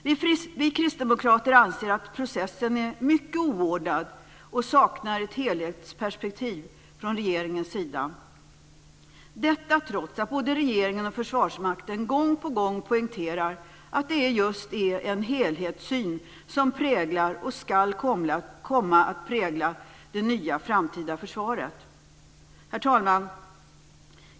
Vi kristdemokrater anser att processen är mycket oordnad, och vi saknar ett helhetsperspektiv från regeringens sida - detta trots att både regeringen och Försvarsmakten gång på gång poängterar att det just är en helhetssyn som präglar, och ska komma att prägla, det nya, framtida försvaret. Herr talman!